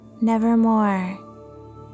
Nevermore